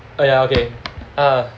ya okay ah